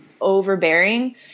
Overbearing